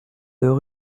deux